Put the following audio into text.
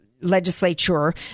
legislature